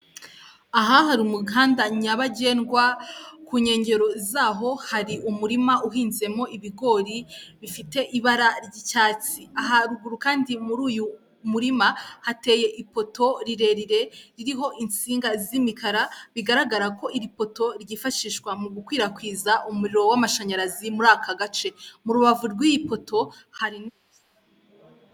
Aha hari umuganda nyabagendwa ku nkengero z'aho hari umurima uhinzemo ibigori bifite ibara ry'icyatsi. Haruguru kandi muri uyu murima hateye ipoto rirerire iriho insinga z'imikara bigaragara ko iri poto ryifashishwa mu gukwirakwiza umuriro w'amashanyarazi muri aka gace mu rubavu rw'iyi poto hari.